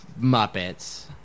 Muppets